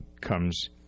comes